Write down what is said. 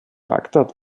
bagdad